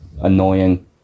annoying